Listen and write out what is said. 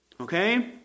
okay